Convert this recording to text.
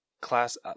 Class